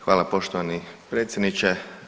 Hvala poštovani predsjedniče.